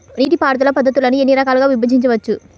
నీటిపారుదల పద్ధతులను ఎన్ని రకాలుగా విభజించవచ్చు?